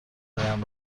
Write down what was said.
هایم